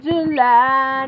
July